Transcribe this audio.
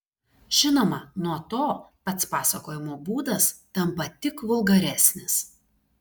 žinoma nuo to pats pasakojimo būdas tampa tik vulgaresnis